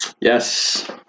Yes